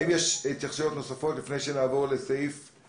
האם יש התייחסויות נוספות לפני שנעבור לסעיף 15?